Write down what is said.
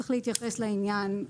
צריך להתייחס לעניין.